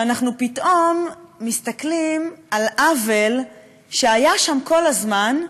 שאנחנו פתאום מסתכלים על עוול שהיה שם כל הזמן,